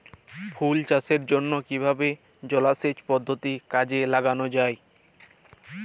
ফুল চাষের জন্য কিভাবে জলাসেচ পদ্ধতি কাজে লাগানো যাই?